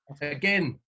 Again